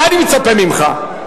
מה אני מצפה ממך?